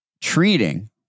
treating